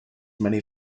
many